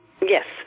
Yes